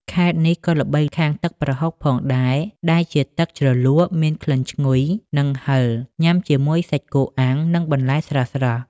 ខេត្តនេះក៏ល្បីខាងទឹកប្រហុកផងដែរ ដែលជាទឹកជ្រលក់មានក្លិនឈ្ងុយ និងហិរ ញ៉ាំជាមួយសាច់គោអាំង និងបន្លែស្រស់ៗ។